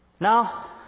Now